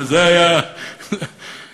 עוד לא.